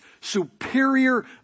superior